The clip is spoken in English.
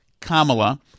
Kamala